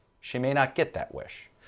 she may not get that wish.